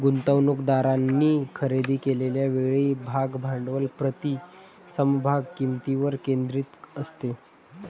गुंतवणूकदारांनी खरेदी केलेल्या वेळी भाग भांडवल प्रति समभाग किंमतीवर केंद्रित असते